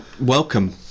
welcome